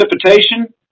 precipitation